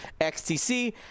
XTC